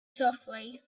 softly